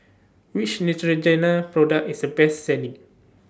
Which Neutrogena Product IS The Best Selling